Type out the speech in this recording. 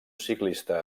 ciclista